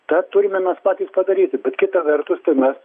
tą turime mes patys padaryti bet kita vertus tai mes